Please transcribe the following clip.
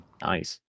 Nice